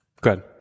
Good